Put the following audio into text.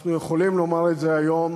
אנחנו יכולים לומר את זה היום,